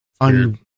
on